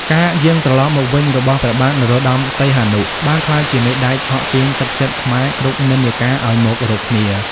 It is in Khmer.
ការយាងត្រឡប់មកវិញរបស់ព្រះបាទ នរោត្តម សីហនុ បានក្លាយជាមេដែកឆក់ទាញទឹកចិត្តខ្មែរគ្រប់និន្នាការឱ្យមករកគ្នា។